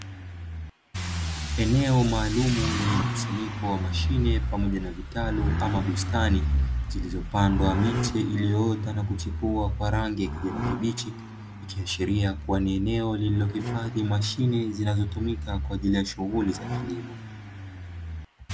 Eneo maalumu lenye mkusanyiko wa mashine pamoja na vitalu ama bustani, zilizopandwa miti iliyoota na kuchipua kwa rangi ya kijani kibichi. Ikiashiria kuwa ni eneo lililohifadhi mashine zinazotumika kwa ajili ya shughuli za kilimo.